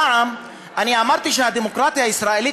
פעם אני אמרתי שהדמוקרטיה הישראלית,